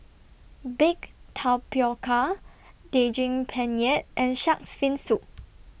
Baked Tapioca Daging Penyet and Shark's Fin Soup